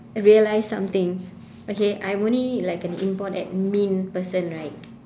realized something okay I'm only like an import admin person right